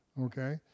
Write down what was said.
okay